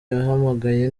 yahamagaye